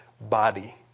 body